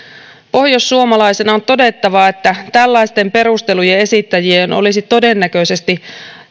pohjoissuomalaisena on todettava että tällaisten perustelujen esittäjien olisi todennäköisesti